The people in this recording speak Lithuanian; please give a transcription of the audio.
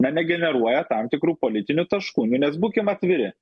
na negeneruoja tam tikrų politinių taškų nu nes būkim atviri